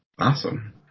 Awesome